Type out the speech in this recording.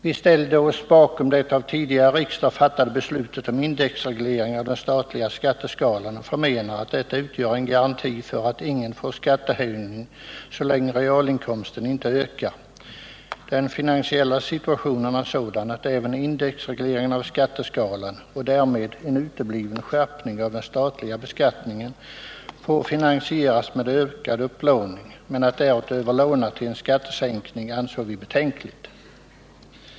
Vi ställde oss bakom det av tidigare riksdag fattade beslutet om indexreglering av den statliga skatteskalan och förmenar att detta utgör en garanti för att ingen får skattehöjning så länge realinkomsten inte ökar. Den finansiella situationen är sådan att även indexregleringen av skatteskalan, och därmed en utebliven skärpning av den statliga beskattningen, får finansieras med ökad upplåning. Men att därutöver låna till en skattesänkning ansåg vi betänkligt.